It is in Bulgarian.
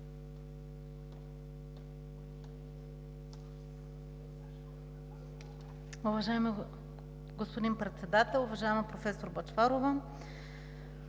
Уважаеми господин Председател! Уважаема професор Бъчварова,